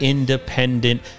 Independent